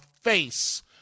face